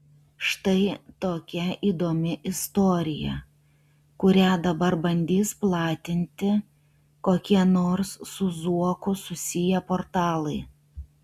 štai tokia įdomi istorija kurią dabar bandys platinti kokie nors su zuoku susiję portalai